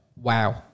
Wow